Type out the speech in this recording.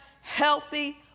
healthy